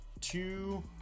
two